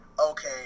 okay